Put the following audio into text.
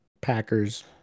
Packers